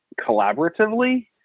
collaboratively